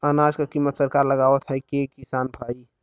अनाज क कीमत सरकार लगावत हैं कि किसान भाई?